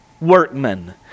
workmen